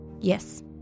Yes